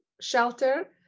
shelter